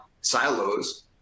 silos